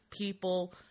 people